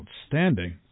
Outstanding